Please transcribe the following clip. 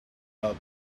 help